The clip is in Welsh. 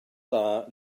dda